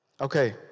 Okay